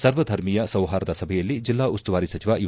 ಸರ್ವಧರ್ಮೀಯ ಸೌಹಾರ್ದ ಸಭೆಯಲ್ಲಿ ಜಿಲ್ಲಾ ಉಸ್ತುವಾರಿ ಸಚಿವ ಯು